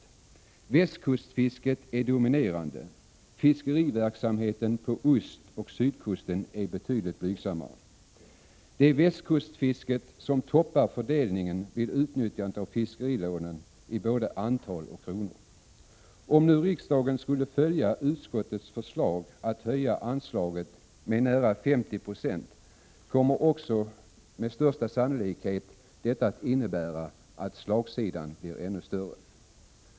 Västkustfisket är dominerande. Fiskeriverksamheten på ostoch sydkusten är betydligt blygsammare. Det är västkustfisket som toppar fördelningen vid utnyttjandet av fiskerilånen i både antal och kronor. Om nu riksdagen skulle följa utskottets förslag att höja anslaget med nära 50 96, kommer detta också med största sannolikhet att innebära att slagsidan blir ännu större.